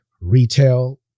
retail